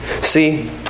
See